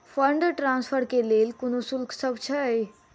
Fund transfer केँ लेल कोनो शुल्कसभ छै?